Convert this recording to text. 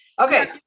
Okay